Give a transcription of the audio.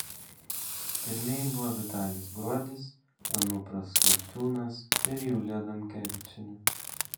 pirmieji buvo vitalis gruodis anupras lauciūnas ir julija adamkevičienė